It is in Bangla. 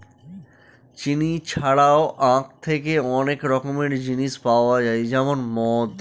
চিনি ছাড়াও আঁখ থেকে অনেক রকমের জিনিস পাওয়া যায় যেমন মদ